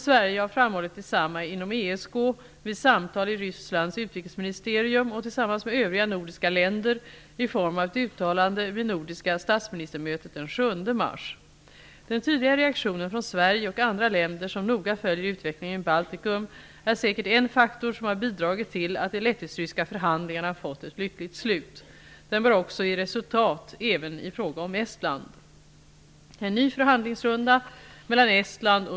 Sverige har framhållit detsamma inom ESK, vid samtal i Rysslands utrikesministerium och tillsammans med övriga nordiska länder i form av ett uttalande vid nordiska statsministermötet den 7 mars. Den tydliga reaktionen från Sverige och andra länder som noga följer utvecklingen i Baltikum är säkert en faktor som har bidragit till att de lettisk-ryska förhandlingarna fått ett lyckligt slut. Den bör också ge resultat även i fråga om Estland.